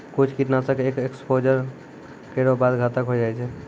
कुछ कीट नाशक एक एक्सपोज़र केरो बाद घातक होय जाय छै